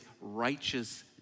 righteous